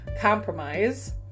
compromise